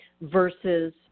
versus